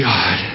God